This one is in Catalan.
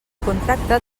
contracte